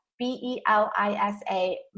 B-E-L-I-S-A